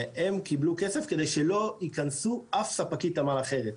הם קיבלו כסף כדי שלא תיכנס אף ספקית תמ"ל אחרת.